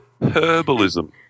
herbalism